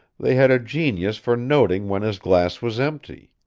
they had a genius for noting when his glass was empty.